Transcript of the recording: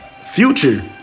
future